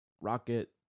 Rocket